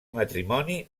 matrimoni